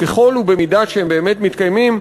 ככל ובמידה שהם באמת מתקיימים,